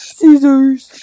Scissors